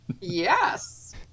yes